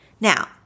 Now